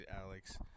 alex